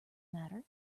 matter